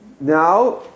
Now